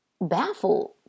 baffled